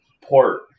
Port